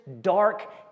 dark